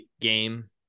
game